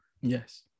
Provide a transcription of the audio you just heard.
Yes